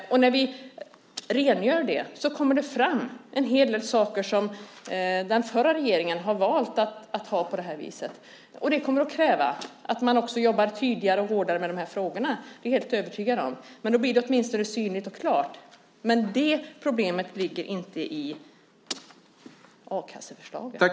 När vi rengör detta kommer det fram en hel del som den förra regeringen valt att ha på det viset. Jag är helt övertygad om att det kräver att vi jobbar både tydligare och hårdare med de frågorna, men då blir de åtminstone synliga och klara. Det problemet finns dock inte i a-kasseförslaget.